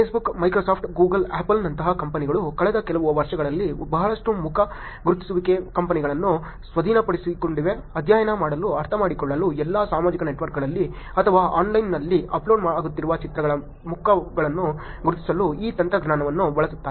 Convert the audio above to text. Facebook Microsoft Google Apple ನಂತಹ ಕಂಪನಿಗಳು ಕಳೆದ ಕೆಲವು ವರ್ಷಗಳಲ್ಲಿ ಬಹಳಷ್ಟು ಮುಖ ಗುರುತಿಸುವಿಕೆ ಕಂಪನಿಗಳನ್ನು ಸ್ವಾಧೀನಪಡಿಸಿಕೊಂಡಿವೆ ಅಧ್ಯಯನ ಮಾಡಲು ಅರ್ಥಮಾಡಿಕೊಳ್ಳಲು ಎಲ್ಲಾ ಸಾಮಾಜಿಕ ನೆಟ್ವರ್ಕ್ಗಳಲ್ಲಿ ಅಥವಾ ಆನ್ಲೈನ್ನಲ್ಲಿ ಅಪ್ಲೋಡ್ ಆಗುತ್ತಿರುವ ಚಿತ್ರಗಳ ಮುಖಗಳನ್ನು ಗುರುತಿಸಲು ಈ ತಂತ್ರಜ್ಞಾನಗಳನ್ನು ಬಳಸುತ್ತಾರೆ